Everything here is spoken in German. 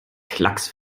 klacks